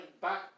back